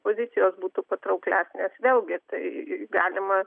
pozicijos būtų patrauklesnės vėlgi tai galima